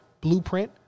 blueprint